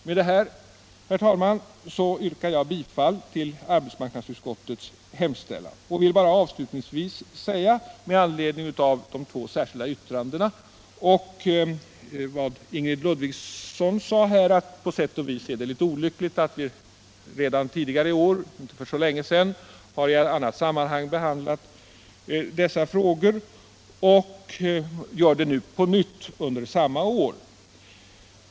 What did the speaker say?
Med det anförda yrkar jag bifall till arbetsmarknadsutskottets hemställan. Med anledning av de två särskilda yttrandena vill jag avslutningsvis, i likhet med Ingrid Ludvigsson, bara säga att det på sätt och vis är litet olyckligt att vi för inte så länge sedan i ett annat sammanhang redan har behandlat de här frågorna och att vi nu gör det på nytt, under samma år.